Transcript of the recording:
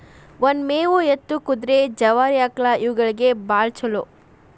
ಒನ ಮೇವು ಎತ್ತು, ಕುದುರೆ, ಜವಾರಿ ಆಕ್ಳಾ ಇವುಗಳಿಗೆ ಬಾಳ ಚುಲೋ